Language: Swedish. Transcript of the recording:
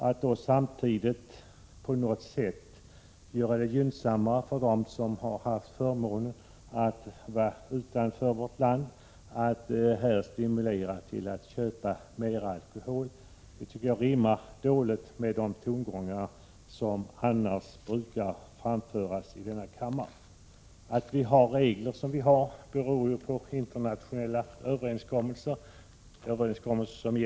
Att samtidigt göra det gynnsammare för dem som har haft förmånen att vistas utanför vårt land att köpa mer alkohol tycker jag rimmar dåligt med de tongångar som annars brukar framföras i denna kammare. De regler vi har beror på internationella överenskommelser.